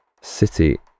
city